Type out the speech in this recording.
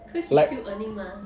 cause he's still earning mah